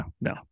no